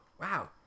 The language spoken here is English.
Wow